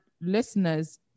listeners